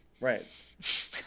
Right